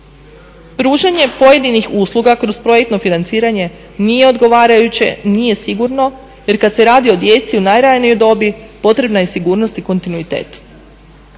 Pružanje pojedinih usluga kroz projektno financiranje nije odgovarajuće, nije sigurno jer kad se radi o djeci u najranijoj dobi potrebna je sigurnost i kontinuitet.